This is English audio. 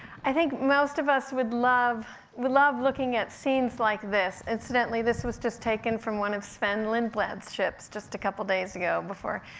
i think most of us would love love looking at scenes like this. incidentally, this was just taken from one of sven lindblad's ships, just a couple days ago, before,